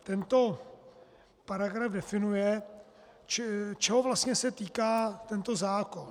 Tento paragraf definuje, čeho se vlastně týká tento zákon.